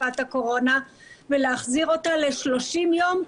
בתקופת הקורונה ולהחזיר אותה ל-30 יום,